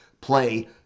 play